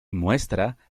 muestra